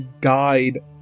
guide